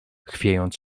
chwiejąc